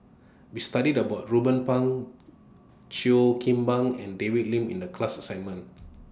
We studied about Ruben Pang Cheo Kim Ban and David Lim in The class assignment